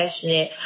passionate